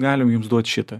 galim jums duot šitą